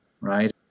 right